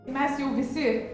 mes jau visi